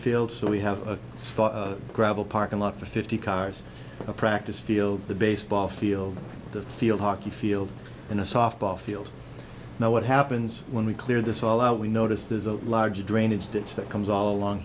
field so we have a gravel parking lot for fifty cars a practice field the baseball field the field hockey field and a softball field now what happens when we clear this all out we notice there's a large drainage ditch that comes all along